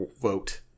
vote